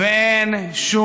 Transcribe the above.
וגם זה לא יעזור לו.